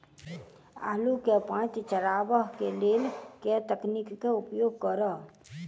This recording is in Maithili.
आलु केँ पांति चरावह केँ लेल केँ तकनीक केँ उपयोग करऽ?